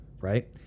right